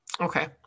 Okay